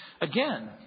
Again